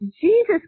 Jesus